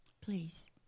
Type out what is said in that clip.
Please